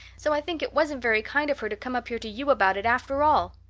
so i think it wasn't very kind of her to come up here to you about it after all.